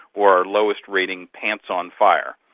or our lowest rating, pants on fire.